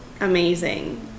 amazing